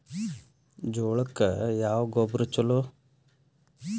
ಜೋಳಕ್ಕ ಯಾವ ಗೊಬ್ಬರ ಛಲೋ?